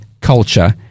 culture